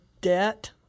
debt